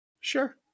Sure